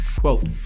Quote